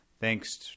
Thanks